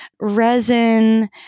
resin